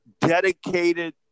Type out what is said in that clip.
dedicated